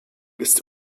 ist